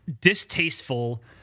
distasteful